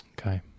okay